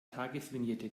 tagesvignette